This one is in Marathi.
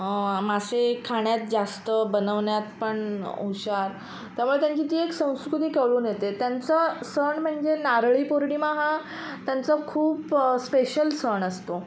मासे खाण्यात जास्त बनवण्यात पण हुशार त्यामुळे त्यांची ती एक संस्कृती कळून येते त्यांचं सण म्हणजे नारळी पूर्णिमा हा त्यांचं खूप स्पेशल सण असतो